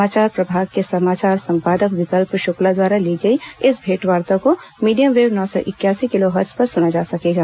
समाचार प्रभाग के समाचार संपादक विकल्प शुक्ला द्वारा ली गई इस भेंटवार्ता को मीडियम वेब नौ सौ इकयासी किलोहर्ट्ज पर सुना जा सकेगा